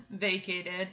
vacated